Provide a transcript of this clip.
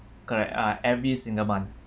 correct ah every single month